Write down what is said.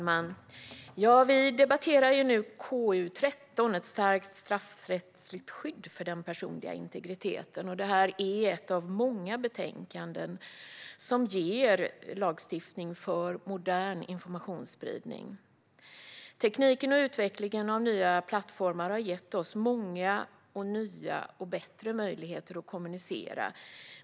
Fru talman! Vi debatterar nu KU13, Ett starkt straffrättsligt skydd för den personliga integriteten . Det är ett av många betänkanden som innebär lagstiftning för modern informationsspridning. Tekniken och utvecklingen av nya plattformar har gett oss många nya och bättre möjligheter att kommunicera.